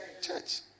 Church